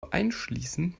einschließen